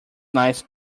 nice